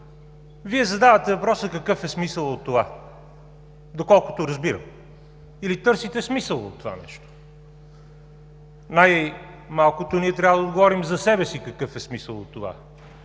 Вие задавате въпроса какъв е смисълът от това, доколкото разбирам, или търсите смисъл в това нещо. Най-малкото, ние трябва да отговорим за себе си какъв е смисълът от това.